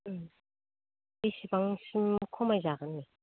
बिसिबांसिम खमायजागोन नो